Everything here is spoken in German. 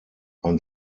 ein